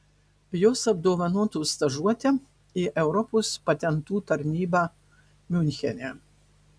jos apdovanotos stažuote į europos patentų tarnybą miunchene